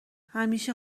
همیشه